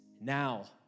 now